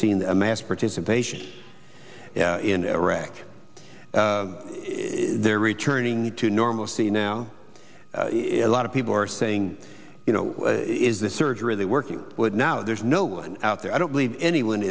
seeing a mass participation in iraq they're returning to normalcy now a lot of people are saying you know is this surgery are they working now there's no one out there i don't believe anyone